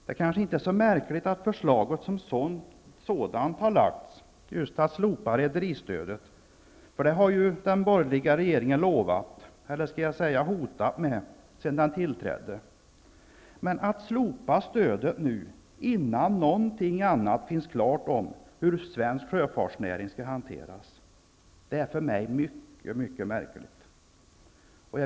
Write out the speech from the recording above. Det är kanske inte så märkligt att förslaget att slopa rederistödet har lagts som sådant. Det har ju den borgerliga regeringen lovat, eller skall jag säga hotat med, sedan den tillträdde. Men att slopa stödet innan någonting annat finns klart om hur svensk sjöfartsnäring skall hanteras är mycket märkligt.